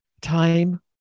time